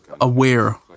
aware